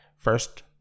First